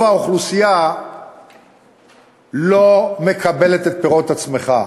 האוכלוסייה לא מקבלת את פירות הצמיחה.